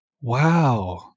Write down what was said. Wow